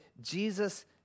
Jesus